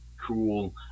cool